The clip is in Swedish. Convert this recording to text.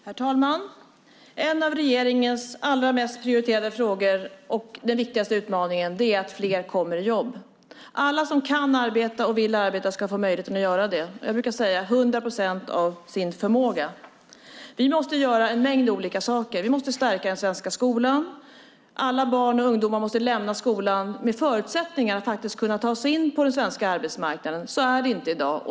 Herr talman! En av regeringens allra mest prioriterade frågor och den viktigaste utmaningen är att fler kommer i jobb. Alla som kan och vill arbeta ska få möjlighet att göra det, som jag brukar säga, till hundra procent av sin förmåga. Vi måste göra en mängd olika saker. Vi måste stärka den svenska skolan. Alla barn och ungdomar måste lämna skolan med förutsättningarna att kunna ta sig in på den svenska arbetsmarknaden. Så är det inte i dag.